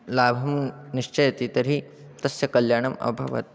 लाभं निश्चयति तर्हि तस्य कल्याणम् अभवत्